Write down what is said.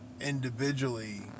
individually